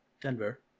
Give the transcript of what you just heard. Denver